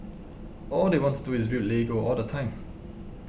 all they want to do is build Lego all the time